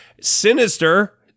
sinister